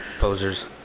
Posers